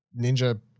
ninja